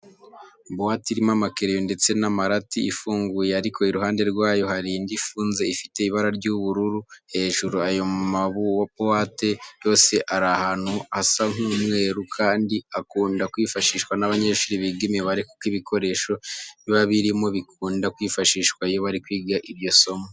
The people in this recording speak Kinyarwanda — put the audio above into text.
Buwate irimo amakereyo ndetse n'amarati ifunguye, ariko iruhande rwayo hari indi ifunze ifite ibara ry'ubururu hejuru. Ayo mabuwate yose ari ahantu hasa nk'umweru kandi akunda kwifashishwa n'abanyeshuri biga imibare kuko ibikoresho biba birimo bikunda kwifashishwa iyo bari kwiga iryo somo.